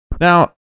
Now